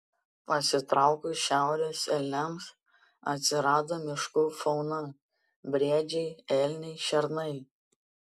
pasitraukus šiaurės elniams atsirado miškų fauna briedžiai elniai šernai